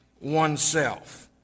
oneself